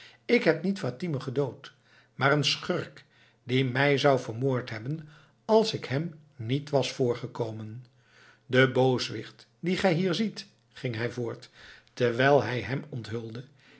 ik heb niet fatime gedood maar een schurk die mij zou vermoord hebben als ik hem niet was voorgekomen de booswicht dien gij hier ziet ging hij voort terwijl hij hem onthulde